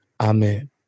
Amen